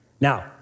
Now